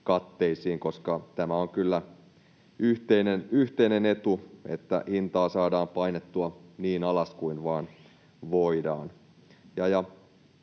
katteisiin, koska tämä on kyllä yhteinen etu, että hintaa saadaan painettua niin alas kuin vain voidaan.